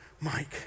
Mike